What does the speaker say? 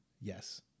Yes